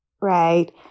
right